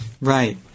Right